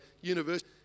university